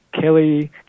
Kelly